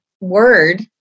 word